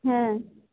হ্যাঁ